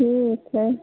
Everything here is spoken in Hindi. ठीक है